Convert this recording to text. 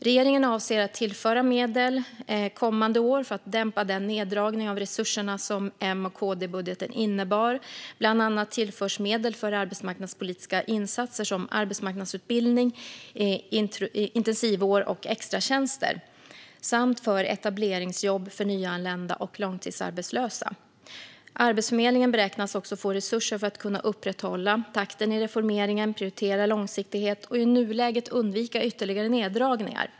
Regeringen avser att tillföra medel kommande år för att dämpa den neddragning av resurserna som M och KD-budgeten innebar. Bland annat tillförs medel för arbetsmarknadspolitiska insatser som arbetsmarknadsutbildning, intensivår och extratjänster samt för etableringsjobb för nyanlända och långtidsarbetslösa. Arbetsförmedlingen beräknas också få resurser för att kunna upprätthålla takten i reformeringen, prioritera långsiktighet och i nuläget undvika ytterligare neddragningar.